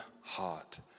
heart